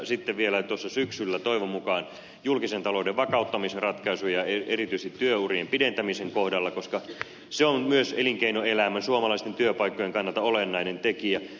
sitten vielä syksyllä toivon mukaan tehdään julkisen talouden vakauttamisratkaisuja erityisesti työurien pidentämisen kohdalla koska se on myös elinkeinoelämän suomalaisten työpaikkojen kannalta olennainen tekijä